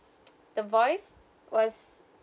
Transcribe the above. the voice was